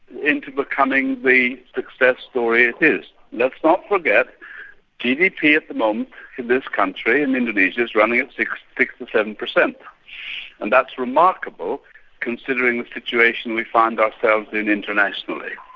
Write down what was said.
into becoming the success story it is. let's not forget gdp at the moment in this country in indonesia is running at six six or seven per cent and that's remarkable considering the situation we find ourselves in internationally.